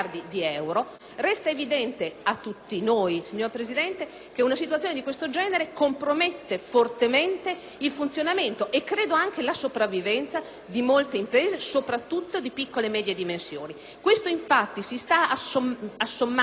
che una situazione di questo genere compromette fortemente il funzionamento e, a mio avviso, anche la sopravvivenza di molte imprese, soprattutto di piccole e medie dimensioni. Questo, infatti, si sta aggiungendo ad un situazione di estrema difficoltà di accesso al credito,